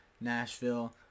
Nashville